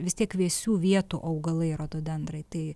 vis tiek vėsių vietų augalai rododendrai tai